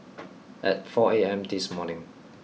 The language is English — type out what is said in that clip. at four A M this morning